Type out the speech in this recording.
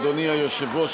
אדוני היושב-ראש,